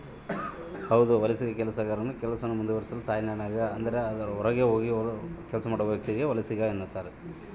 ವಲಸಿಗ ಕೆಲಸಗಾರನು ಕೆಲಸವನ್ನು ಮುಂದುವರಿಸಲು ತಾಯ್ನಾಡಿನಾಗ ಅದರ ಹೊರಗೆ ವಲಸೆ ಹೋಗುವ ವ್ಯಕ್ತಿಆಗಿರ್ತಾನ